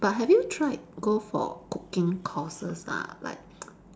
but have you tried go for cooking courses ah like